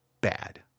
bad